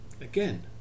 Again